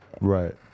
Right